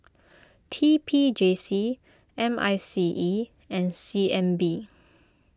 T P J C M I C E and C N B